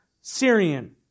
Syrian